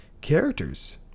characters